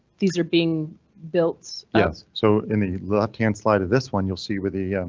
these are being built yes, so in the left hand side of this one you'll see with the.